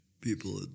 people